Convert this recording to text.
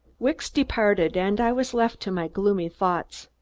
wicks departed and i was left to my gloomy thoughts.